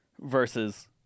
versus